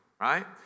right